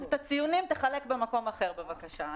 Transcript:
את הציונים תחלק במקום אחר בבקשה.